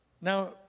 Now